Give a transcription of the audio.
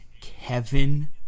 Kevin